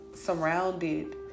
surrounded